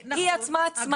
היא עצמה עצמאית.